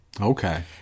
Okay